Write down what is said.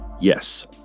Yes